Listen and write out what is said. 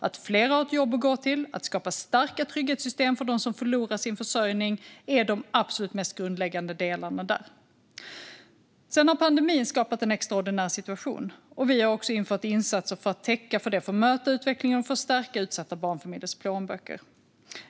Att fler har ett jobb att gå till och att skapa starka trygghetssystem för dem som förlorar sin försörjning är de absolut mest grundläggande delarna där. Sedan har pandemin skapat en extraordinär situation, och vi har infört insatser för att täcka upp för den, för att möta utvecklingen och för att stärka utsatta barnfamiljers plånböcker.